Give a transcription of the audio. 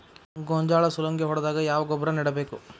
ಗೋಂಜಾಳ ಸುಲಂಗೇ ಹೊಡೆದಾಗ ಯಾವ ಗೊಬ್ಬರ ನೇಡಬೇಕು?